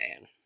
man